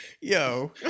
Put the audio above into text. Yo